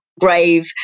grave